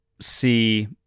see